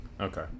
Okay